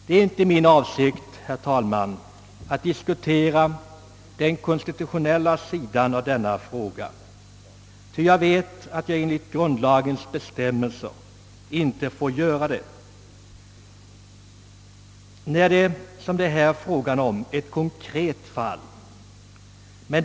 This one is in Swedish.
Det är inte min avsikt, herr talman, att diskutera den konstitutionella sidan av denna fråga. Jag vet att jag enligt grundlagens bestämmelser inte får göra det i ett konkret fall som detta.